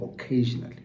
occasionally